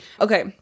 Okay